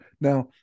Now